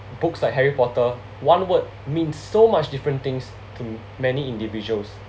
books like harry porter one word mean so much different things to many individuals